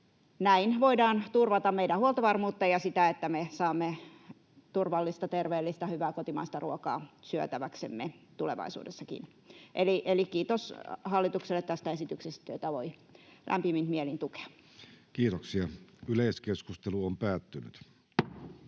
Näin voidaan turvata meidän huoltovarmuutta ja sitä, että me saamme turvallista, terveellistä, hyvää kotimaista ruokaa syötäväksemme tulevaisuudessakin. Eli kiitos hallitukselle tästä esityksestä. Tätä voi lämpimin mielin tukea. Lähetekeskustelua varten